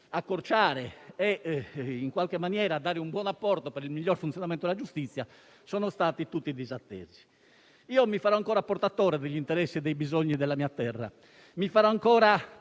accorciare e in qualche maniera dare un buon apporto per il miglior funzionamento della giustizia, sono stati tutti disattesi. Mi farò ancora portatore degli interessi e dei bisogni della mia terra. Mi farò ancora